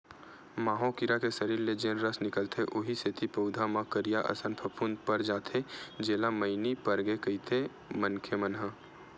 माहो कीरा के सरीर ले जेन रस निकलथे उहीं सेती पउधा म करिया असन फफूंद पर जाथे जेला मइनी परगे कहिथे मनखे मन ह